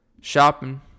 shopping